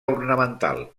ornamental